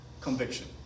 Conviction